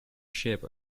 ship